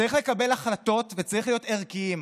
צריך לקבל החלטות וצריך להיות ערכיים.